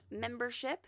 membership